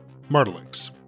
Martelix